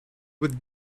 with